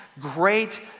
great